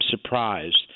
surprised